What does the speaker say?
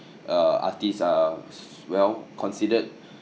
err artists are well considered